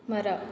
ಮರ